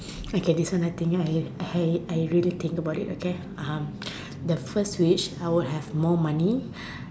okay this one I think I I I really think about it okay um the first wish I would have more money